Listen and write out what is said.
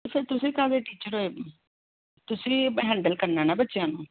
ਫਿਰ ਤੁਸੀਂ ਕਾਹਦੇ ਟੀਚਰ ਹੋਏ ਤੁਸੀਂ ਹੈਂਡਲ ਕਰਨਾ ਨਾ ਬੱਚਿਆਂ ਨੂੰ